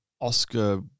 Oscar